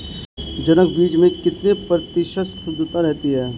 जनक बीज में कितने प्रतिशत शुद्धता रहती है?